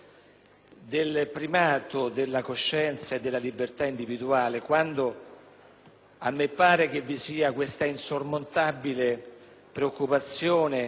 a me pare che vi sia una insormontabile preoccupazione di consegnare alimentazione e idratazione alla sfera